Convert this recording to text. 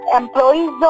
employees